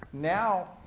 now,